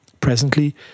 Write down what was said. Presently